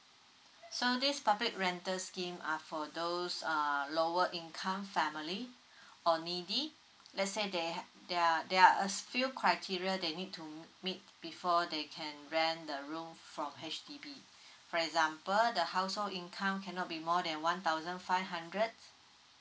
so this topic rental scheme uh for those uh lower income family or needy let's say there there are there are us few criteria they need to meet before they can rent the room from H_D_B for example the household income cannot be more than one thousand five hundred